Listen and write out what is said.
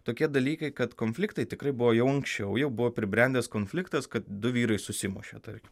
tokie dalykai kad konfliktai tikrai buvo jau anksčiau jau buvo pribrendęs konfliktas kad du vyrai susimušė tarkim